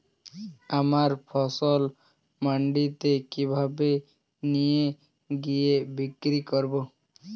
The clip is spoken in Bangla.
আমার ফসল মান্ডিতে কিভাবে নিয়ে গিয়ে বিক্রি করব?